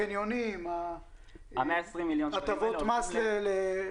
החניונים, הטבות מס לבטיחות.